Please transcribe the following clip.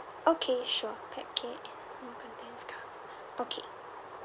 okay sure pet care home contents cover okay